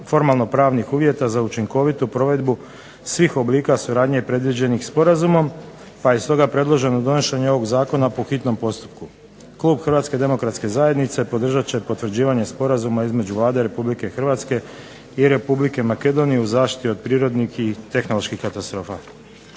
formalno-pravnih uvjeta za učinkovitu provedbu svih oblika suradnje predviđenih Sporazumom, pa je stoga predloženo donošenje ovog Zakona po hitnom postupku. Klub Hrvatske demokratske zajednice podržat će potvrđivanje Sporazuma između Vlade Republike Hrvatske i Republike Makedonije u zaštiti od prirodnih i tehnoloških katastrofa.